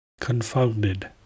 confounded